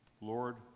Lord